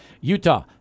Utah